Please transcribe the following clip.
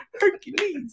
Hercules